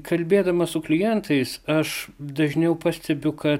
kalbėdamas su klientais aš dažniau pastebiu kad